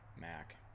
Mac